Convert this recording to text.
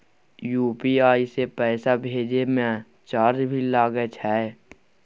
UPI से पैसा भेजै म चार्ज भी लागे छै?